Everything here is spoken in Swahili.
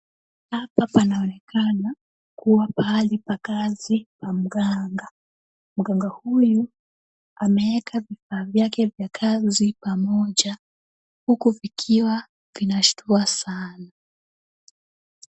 Hapa panaonekana kuwa pahali pa kazi pa mganga. Mganga huyu ameeka vifaa vyake vya kazi pamoja, huku vikiwa vinashtua sana.